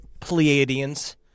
Pleiadians